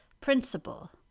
principle